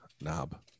knob